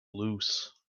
loose